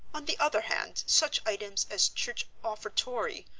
on the other hand, such items as church offertory,